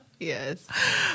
Yes